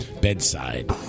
bedside